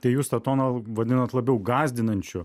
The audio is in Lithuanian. tai jūs tą toną vadinat labiau gąsdinančiu